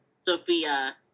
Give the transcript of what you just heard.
Sophia